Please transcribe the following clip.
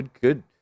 Good